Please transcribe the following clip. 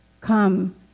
Come